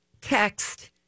text